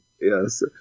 yes